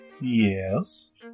Yes